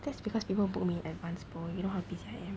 that's because people book me in advance bro you know how busy I am